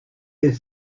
est